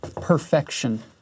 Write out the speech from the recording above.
perfection